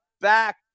back